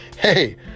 hey